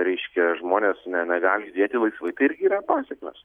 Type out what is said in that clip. reiškia žmonės ne negali judėti laisvai tai irgi yra pasekmės